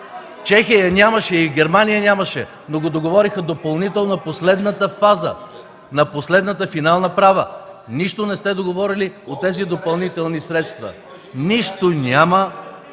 Чехия я нямаше, и Германия я нямаше, но го договориха допълнително на последната фаза – на последната финална права. Нищо не сте договорили от тези допълнителни средства. Нищо няма